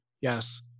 Yes